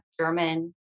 German